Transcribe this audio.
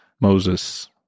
Moses